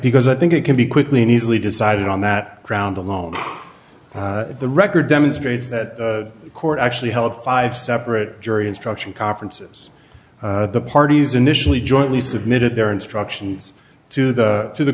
because i think it can be quickly and easily decided on that ground alone the record demonstrates that the court actually held five separate jury instruction conferences the parties initially jointly submitted their instructions to the to the